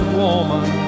woman